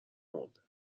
مرده